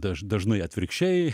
daž dažnai atvirkščiai